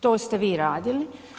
To ste vi radili.